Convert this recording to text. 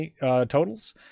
totals